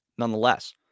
Nonetheless